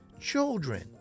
children